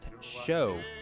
show